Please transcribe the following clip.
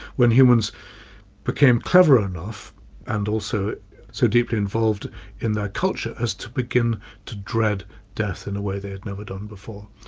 when humans became clever enough and also so deeply involved in their culture as to begin to dread death in a way they'd never done before.